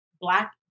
black